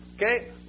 Okay